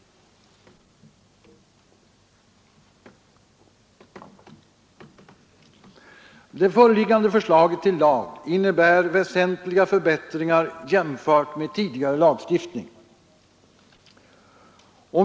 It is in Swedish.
Det föreliggande förslaget till lag innebär väsentliga förbättringar jämfört med tidigare lagstiftning.